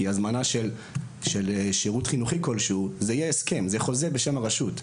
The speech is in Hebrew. הזמנה של שירות חינוכי כלשהו תהיה הסכם; חוזה בשם הרשות.